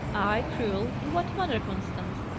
i, cruel! in what manner, constance?